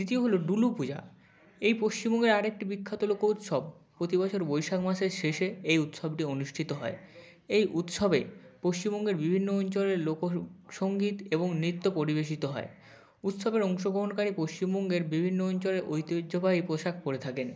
দ্বিতীয় হলো ডুলু পূজা এই পশ্চিমবঙ্গের আর একটি বিখ্যাত লোক উৎসব প্রতিবছর বৈশাখ মাসের শেষে এই উৎসবটি অনুষ্ঠিত হয় এই উৎসবে পশ্চিমবঙ্গের বিভিন্ন অঞ্চলের লোক সঙ্গীত এবং নৃত্য পরিবেশিত হয় উৎসবের অংশগ্রহণকারী পশ্চিমবঙ্গের বিভিন্ন অঞ্চলের ঐতিহ্যবাহী পোশাক পরে থাকেন